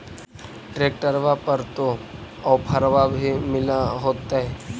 ट्रैक्टरबा पर तो ओफ्फरबा भी मिल होतै?